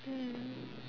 mm